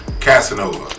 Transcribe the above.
Casanova